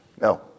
No